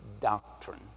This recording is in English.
doctrine